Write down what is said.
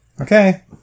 Okay